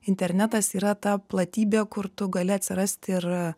internetas yra ta platybė kur tu gali atsirasti ir